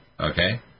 Okay